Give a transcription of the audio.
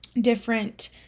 different